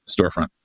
storefront